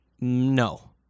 No